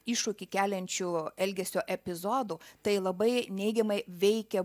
iššūkį keliančių elgesio epizodų tai labai neigiamai veikia